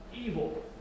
Evil